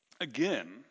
again